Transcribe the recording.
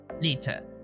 later